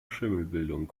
schimmelbildung